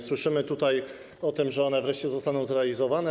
Słyszymy tutaj o tym, że one wreszcie zostaną zrealizowane.